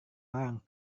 barang